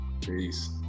Peace